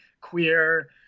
queer